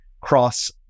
cross